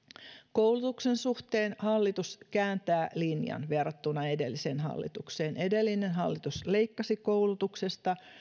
koulutuksen suhteen hallitus kääntää linjan verrattuna edelliseen hallitukseen edellinen hallitus leikkasi koulutuksesta